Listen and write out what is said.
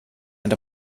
and